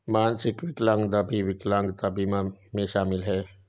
मानसिक विकलांगता भी विकलांगता बीमा में शामिल हैं